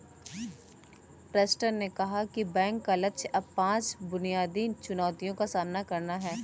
Preston ने कहा कि बैंक का लक्ष्य अब पांच बुनियादी चुनौतियों का सामना करना है